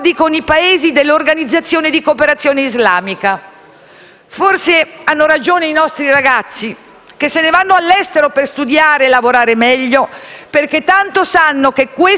Forse hanno ragione i nostri ragazzi, che se ne vanno all'estero per studiare e lavorare meglio, perché tanto sanno che questo non è più un Paese a loro misura.